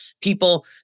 people